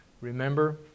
Remember